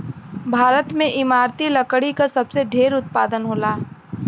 भारत में इमारती लकड़ी क सबसे ढेर उत्पादन होला